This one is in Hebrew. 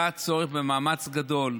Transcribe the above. היה צורך במאמץ גדול,